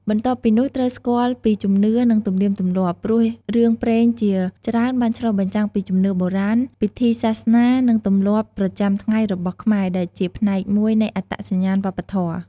បន្ទាប់ពីនោះ ត្រូវស្គាល់ពីជំនឿ និងទំនៀមទម្លាប់ ព្រោះរឿងព្រេងជាច្រើនបានឆ្លុះបញ្ចាំងពីជំនឿបុរាណ ពិធីសាសនា និងទម្លាប់ប្រចាំថ្ងៃរបស់ខ្មែរ ដែលជាផ្នែកមួយនៃអត្តសញ្ញាណវប្បធម៌។